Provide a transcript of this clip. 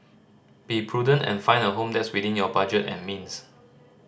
be prudent and find a home that's within your budget and means